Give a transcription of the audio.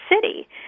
City